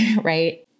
right